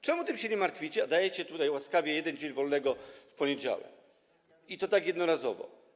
Czemu tym się nie martwicie, a dajecie łaskawie 1 dzień wolnego w poniedziałek i to jednorazowo?